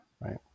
right